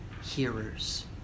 hearers